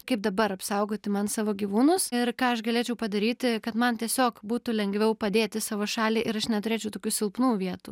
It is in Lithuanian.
kaip dabar apsaugoti man savo gyvūnus ir ką aš galėčiau padaryti kad man tiesiog būtų lengviau padėti savo šaliai ir aš neturėčiau tokių silpnų vietų